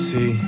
See